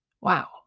wow